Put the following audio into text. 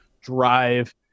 drive